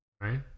right